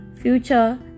Future